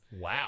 Wow